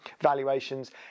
valuations